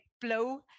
blow